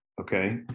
okay